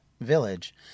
village